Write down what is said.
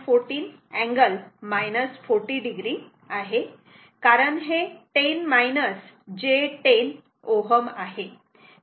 14 angle 40 o आहे कारण हे 10 j 10 Ω आहे